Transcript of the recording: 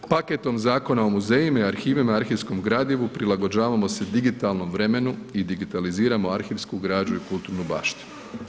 Paketom Zakona o muzejima i arhivima i arhivskom gradivu prilagođavamo se digitalnom vremenu i digitaliziramo arhivsku građu i kulturnu baštinu.